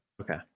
Okay